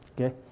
Okay